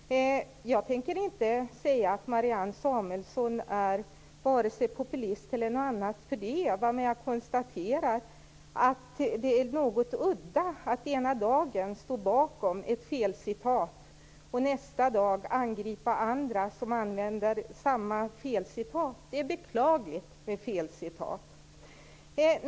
Jag tänker inte därför säga att Marianne Samuelsson är populist eller något sådant, men jag konstaterar att det är något udda att ena dagen stå bakom ett felcitat och nästa dag angripa andra som anför samma felcitat. Det är beklagligt med felcitat.